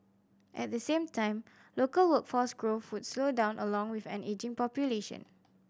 at the same time local workforce growth would slow down along with an ageing population